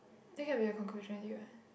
that can be the conclusion already what